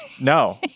No